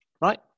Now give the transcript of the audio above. right